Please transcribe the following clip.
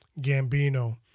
Gambino